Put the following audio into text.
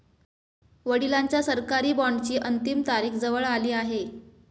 वडिलांच्या सरकारी बॉण्डची अंतिम तारीख जवळ आली आहे